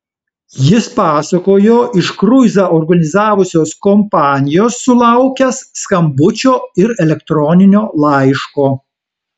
jis pasakojo iš kruizą organizavusios kompanijos sulaukęs skambučio ir elektroninio laiško